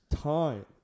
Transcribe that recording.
time